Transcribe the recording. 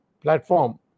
platform